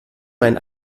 mein